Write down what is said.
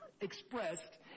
expressed